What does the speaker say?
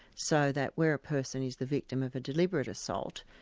so that where a person is the victim of a deliberate assault,